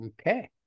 okay